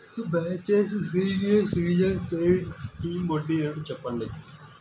దయచేసి senior citizens savings scheme వడ్డీ rate చెప్పండి